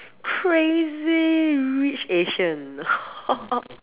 crazy rich Asians